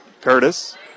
Curtis